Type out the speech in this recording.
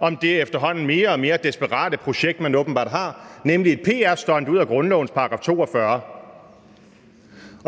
om det efterhånden mere og mere desperate projekt, man åbenbart har, nemlig at gøre et pr-stunt ud af grundlovens § 42.